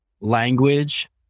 language